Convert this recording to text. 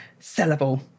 sellable